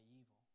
evil